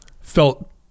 felt